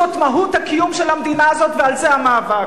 זאת מהות הקיום של המדינה הזאת ועל זה המאבק.